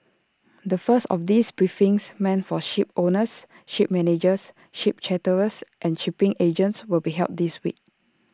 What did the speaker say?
the first of these briefings meant for shipowners ship managers ship charterers and shipping agents will be held this week